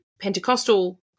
Pentecostal